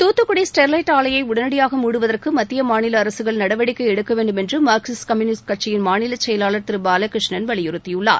Thoothukudi Sterlite ஆலையை உடனடியாக மூடுவதற்கு மத்திய மாநில அரசுகள் நடவடிக்கை எடுக்க வேண்டும் என்று மார்க்சிஸ்ட் கம்யூனிஸ்ட் கட்சியின் மாநில செயலாளர் திரு பாலகிருஷ்ணன் வலியுறுத்தியுள்ளார்